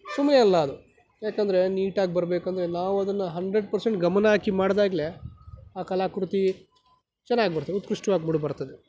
ಸುಮ್ಮನೆ ಅಲ್ಲ ಅದು ಯಾಕಂದರೆ ನೀಟಾಗಿ ಬರಬೇಕಂದ್ರೆ ನಾವು ಅದನ್ನು ಹಂಡ್ರೆಡ್ ಪರ್ಸೆಂಟ್ ಗಮನ ಹಾಕಿ ಮಾಡ್ದಾಗ್ಲೇ ಆ ಕಲಾಕೃತಿ ಚೆನ್ನಾಗಿ ಬರುತ್ತೆ ಉತ್ಕೃಷ್ಟವಾಗಿ ಮೂಡಿ ಬರುತ್ತದೆ